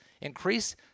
increase